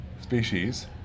Species